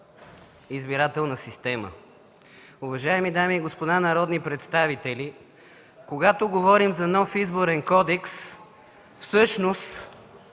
избирателна система. Уважаеми дами и господа народни представители, когато говорим за нов Изборен кодекс, всъщност